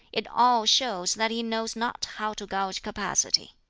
it all shows that he knows not how to gauge capacity.